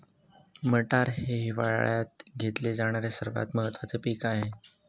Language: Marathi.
मटार हे हिवाळयात घेतले जाणारे सर्वात महत्त्वाचे पीक आहे